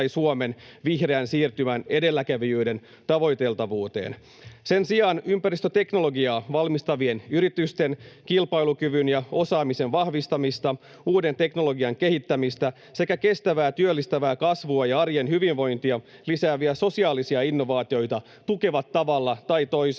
Suomen vihreän siirtymän edelläkävijyyden tavoiteltavuuteen. Sen sijaan ympäristöteknologiaa valmistavien yritysten kilpailukyvyn ja osaamisen vahvistamista, uuden teknologian kehittämistä sekä kestävää työllistävää kasvua ja arjen hyvinvointia lisääviä sosiaalisia innovaatioita tukevat tavalla tai toisella